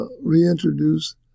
reintroduce